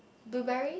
blueberry